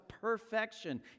perfection